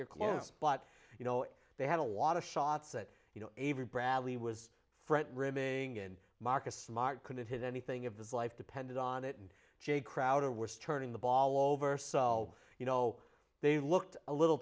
you're close but you know they had a lot of shots that you know bradley was fret rimming in marcus smart couldn't hit anything of this life depended on it and jay crowder worse turning the ball over so you know they looked a little